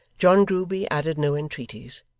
john grueby added no entreaties,